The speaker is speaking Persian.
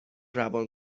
روان